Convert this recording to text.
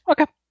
Okay